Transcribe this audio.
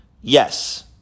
yes